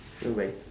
bye bye